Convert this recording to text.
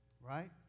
Right